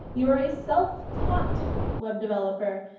you are a self-taught web developer.